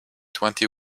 twenty